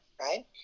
Right